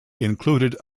included